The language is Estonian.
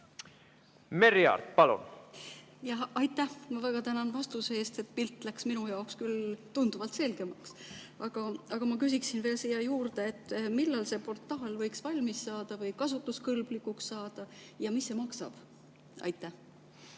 Merry Aart, palun! Aitäh! Ma väga tänan vastuse eest! Pilt läks minu jaoks küll tunduvalt selgemaks. Aga ma küsin veel siia juurde, millal see portaal võiks valmis või kasutuskõlblikuks saada ja mis see maksab. Aitäh!